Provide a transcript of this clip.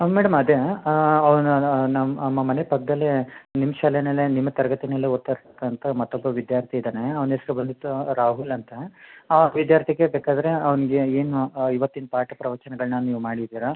ಅಲ್ಲ ಮೇಡಮ್ ಅದೇ ಅವನ ನಮ್ಮ ಮನೆ ಪಕ್ಕದಲ್ಲೇ ನಿಮ್ಮ ಶಾಲೆನಲ್ಲೇ ನಿಮ್ಮ ತರಗತಿನಲ್ಲೇ ಓದ್ತಾ ಇರ್ತಕ್ಕಂಥ ಮತ್ತೊಬ್ಬ ವಿದ್ಯಾರ್ಥಿ ಇದ್ದಾನೆ ಅವನ ಹೆಸ್ರು ಬಂದುಬಿಟ್ಟು ರಾಹುಲ್ ಅಂತ ಆ ವಿದ್ಯಾರ್ಥಿಗೆ ಬೇಕಾದರೆ ಅವನಿಗೆ ಏನು ಇವತ್ತಿನ ಪಾಠ ಪ್ರವಚನಗಳನ್ನು ನೀವು ಮಾಡಿದ್ದೀರ